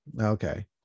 Okay